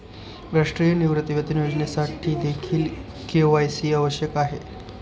राष्ट्रीय निवृत्तीवेतन योजनेसाठीदेखील के.वाय.सी आवश्यक आहे